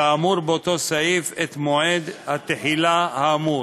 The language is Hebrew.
כאמור באותו סעיף, את מועד התחילה האמור.